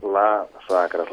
labas vakaras